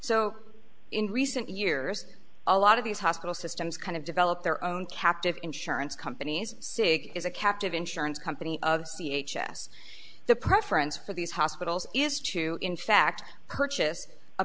so in recent years a lot of these hospital systems kind of develop their own captive insurance companies sig is a captive insurance company of c h s the preference for these hospitals is to in fact purchase a